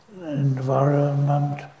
environment